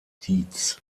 dietz